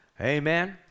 amen